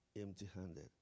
empty-handed